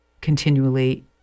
continually